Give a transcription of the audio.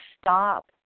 stop